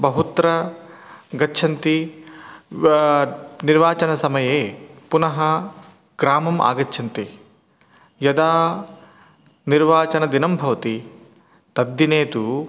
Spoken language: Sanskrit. बहुत्र गच्छन्ति वा निर्वाचनसमये पुनः ग्रामम् आगच्छन्ति यदा निर्वाचनदिनं भवति तद्दिने तु